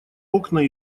окна